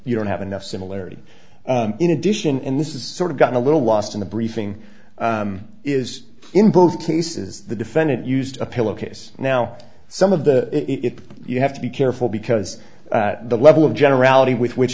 you don't have enough similarity in addition in this is sort of gotten a little lost in the briefing is in both cases the defendant used a pillowcase now some of the it you have to be careful because the level of generality with which